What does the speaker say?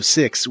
six